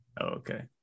okay